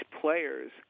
players